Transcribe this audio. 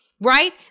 right